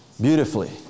beautifully